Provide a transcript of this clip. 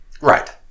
Right